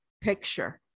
picture